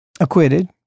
acquitted